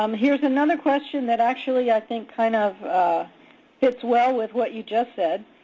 um here is another question that actually i think kind of fits well with what you just said.